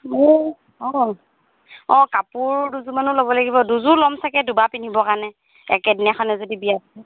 মোৰ অঁ অঁ কাপোৰ দুযোৰমানো ল'ব লাগিব দুযোৰ ল'ম চাগে দুবাৰ পিন্ধিবৰ কাৰণে একেদিনাখনে যদি বিয়া